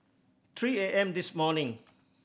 three A M this morning